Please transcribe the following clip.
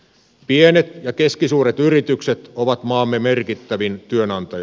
pienet ja keskisuuret yritykset ovat maamme merkittävin työnantaja